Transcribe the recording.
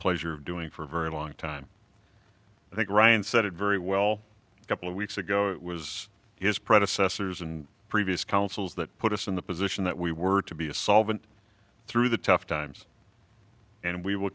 pleasure of doing for a very long time i think ryan said it very well a couple of weeks ago it was his predecessors and previous counsels that put us in the position that we were to be a solvent through the tough times and we will